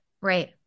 right